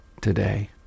today